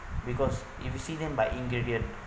because if you see them by ingredient